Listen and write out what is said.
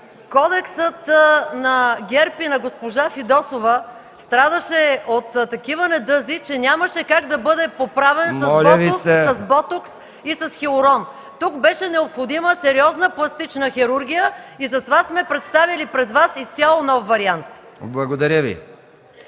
Кодексът на ГЕРБ и на госпожа Фидосова страдаше от такива недъзи, че нямаше как да бъде поправен с ботокс и с хиалурон! Тук беше необходима сериозна пластична хирургия и затова сме представили пред Вас изцяло нов вариант! ПРЕДСЕДАТЕЛ